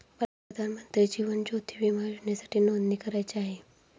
मला प्रधानमंत्री जीवन ज्योती विमा योजनेसाठी नोंदणी करायची आहे